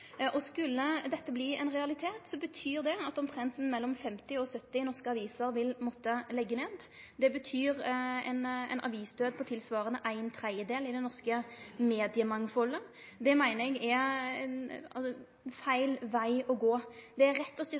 Skulle dette bli ein realitet, betyr det at omtrent 50–70 norske aviser vil måtte leggje ned. Det betyr ein avisdød tilsvarande ein tredel av det norske mediemangfaldet. Det meiner eg er feil veg å gå. Det er rett å